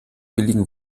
billigen